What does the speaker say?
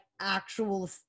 actual